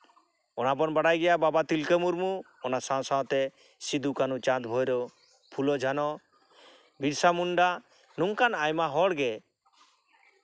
ᱚᱱᱟ ᱵᱚᱱ ᱵᱟᱲᱟᱭ ᱜᱮᱭᱟ ᱵᱟᱵᱟ ᱛᱤᱞᱠᱟᱹ ᱢᱩᱨᱢᱩ ᱚᱱᱟ ᱥᱟᱶ ᱥᱟᱶᱛᱮ ᱥᱤᱫᱩ ᱠᱟᱹᱱᱦᱩ ᱪᱟᱸᱫᱽ ᱵᱷᱟᱭᱨᱳ ᱯᱷᱩᱞᱳ ᱡᱷᱟᱱᱳ ᱵᱤᱨᱥᱟ ᱢᱩᱱᱰᱟ ᱱᱚᱝᱠᱟᱱ ᱟᱭᱢᱟ ᱦᱚᱲᱜᱮ